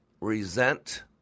resent